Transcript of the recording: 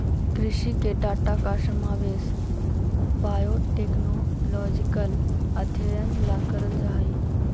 कृषि के डाटा का समावेश बायोटेक्नोलॉजिकल अध्ययन ला करल जा हई